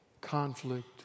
conflict